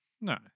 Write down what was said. No